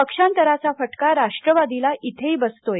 पक्षांतराचा फटका राष्ट्रवादीला इथंही बसतोआहे